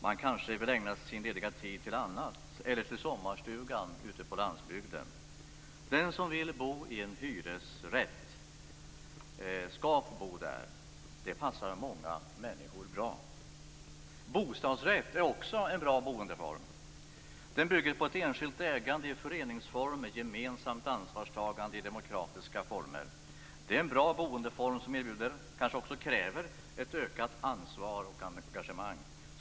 Man kanske vill ägna sin lediga tid till annat, eller till sommarstugan ute på landsbygden. Den som vill bo i en hyresrätt skall få bo där. Det passar många människor bra. Bostadsrätt är också en bra boendeform. Den bygger på ett enskilt ägande i föreningsform med gemensamt ansvarstagande i demokratiska former. Det är en bra boendeform som erbjuder och kanske också kräver ett ökat ansvar och engagemang.